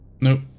Nope